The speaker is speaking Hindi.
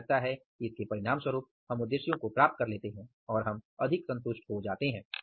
मुझे लगता है कि इसके परिणामस्वरूप हम उद्देश्यों को प्राप्त कर लेते हैं और हम अधिक संतुष्ट हो जाते हैं